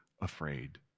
afraid